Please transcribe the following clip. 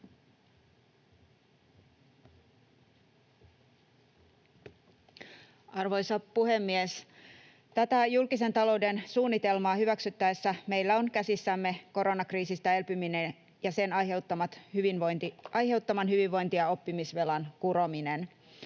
Arvoisa puhemies! Tätä julkisen talouden suunnitelmaa hyväksyttäessä meillä on käsissämme koronakriisistä elpyminen ja sen aiheuttaman hyvinvointi‑ ja oppimisvelan kurominen.